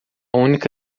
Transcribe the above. única